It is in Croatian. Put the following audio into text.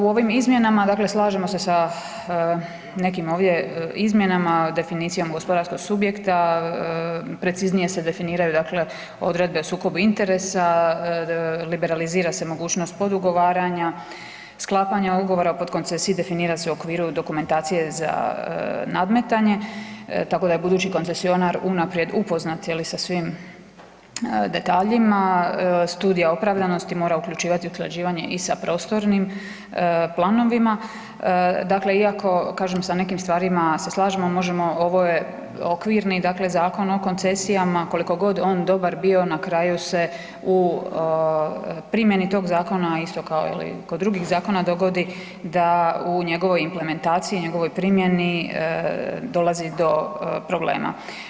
U ovim izmjenama dakle slažemo se nekim ovdje izmjenama, definicijom gospodarskog subjekta preciznije se definiraju dakle odredbe o sukobu interesa, liberalizira se mogućnost podugovaranja, sklapanje ugovora podkoncesije definira se u okviru dokumentacije za nadmetanje tako da je budući koncesionar unaprijed upoznat sa svim detaljima, studija opravdanosti mora uključivati usklađivanje i sa prostornim planovima, dakle iako kažem sa nekim stvarima se slažemo, ovo je okvirni dakle Zakon o koncesijama koliko god on dobar bio na kraju se u primjeni tog zakona isto kao i kod drugih zakona dogodi da u njegovoj implementaciji, njegovoj primjeni dolazi do problema.